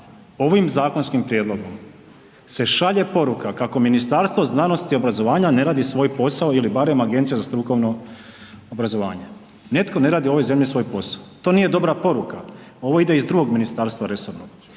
ovim zakonskim prijedlogom se šalje poruka kako Ministarstvo znanosti i obrazovanja ne radi svoj posao ili barem Agencija za strukovno obrazovanje, netko ne radi u ovoj zemlji svoj posao. To nije dobra poruka. Ovo ide iz drugog ministarstva resornog.